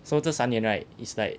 so 这三年 right is like